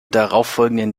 darauffolgenden